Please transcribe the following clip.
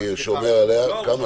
אני שומר עליה כמה שאני יכול.